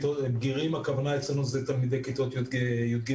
בגירים הכוונה אצלנו זה תלמידי כיתות י"ג-י"ד.